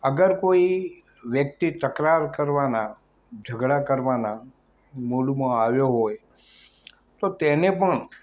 અગર કોઈ વ્યક્તિ તકરાર કરવાના ઝઘડા કરવાના મૂડમાં આવ્યો હોય તો તેને પણ